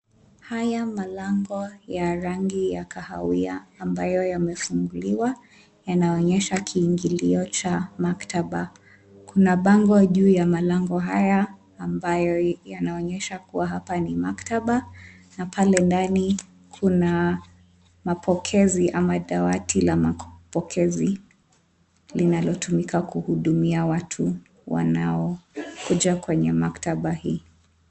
Haya malango ya rangi ya kahawia ambayo yamefunguliwa. Yanaonyesha kiingilio cha maktaba. Kuna bango juu ya malango haya ambayo yanaonyesha kuwa hapa ni maktaba. Na pale ndani kuna dawati la mapokezi linalotumika kuhudumia watu wanaokuja kwenye maktaba hii.